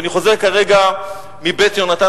אני חוזר כרגע מ"בית יהונתן",